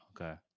Okay